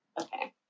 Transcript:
okay